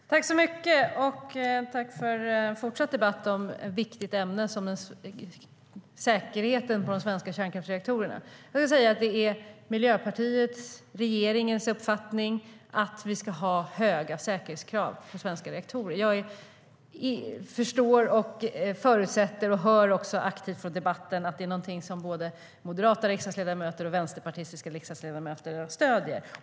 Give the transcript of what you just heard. Herr talman! Jag tackar för den fortsatta debatten om säkerheten hos de svenska kärnkraftsreaktorerna, vilket är ett viktigt ämne. Det är Miljöpartiets och regeringens uppfattning att vi ska ha höga säkerhetskrav på svenska reaktorer. Jag förstår, förutsätter och hör aktivt i debatten att det är någonting som både moderata och vänsterpartistiska riksdagsledamöter stöder.